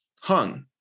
hung